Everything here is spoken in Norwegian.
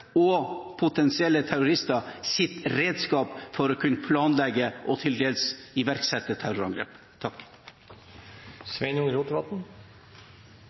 og potensielle terroristers redskap for å kunne planlegge og til dels iverksette terrorangrep.